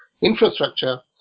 infrastructure